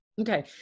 Okay